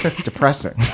Depressing